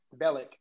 Bellick